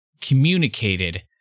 communicated